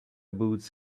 boots